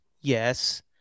yes